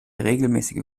regelmäßige